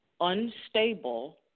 unstable